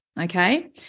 okay